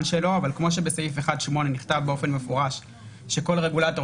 שלו אבל כמו שבסעיף 1(8) נכתב באופן מפורש שכל רגולטור